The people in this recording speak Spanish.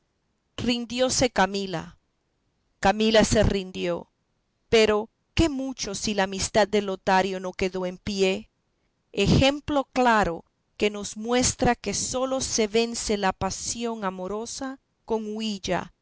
deseaba rindióse camila camila se rindió pero qué mucho si la amistad de lotario no quedó en pie ejemplo claro que nos muestra que sólo se vence la pasión amorosa con huilla